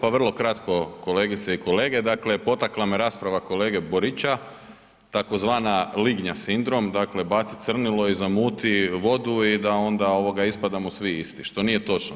Pa vrlo kratko kolegice i kolege, dakle, potakla me rasprava kolege Borića tzv. lignja sindrom, dakle baci crnilo i zamuti vodu i da onda ispadamo svi isti, što nije točno.